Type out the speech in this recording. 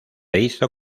hizo